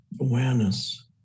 awareness